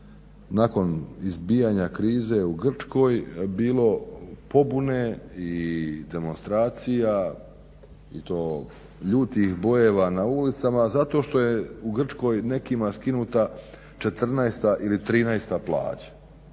nakon izbijanja krize u Grčkoj bilo pobune i demonstracija i to ljutih bojeva na ulicama a zato što je u Grčkoj nekima skinuta 14.-ta ili 13.-ta plaća.